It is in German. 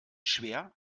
schwer